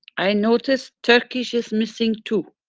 i notice turkish is missing, too.